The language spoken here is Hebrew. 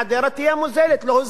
להוזיל את המחיר של זה.